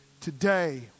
Today